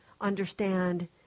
understand